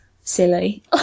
silly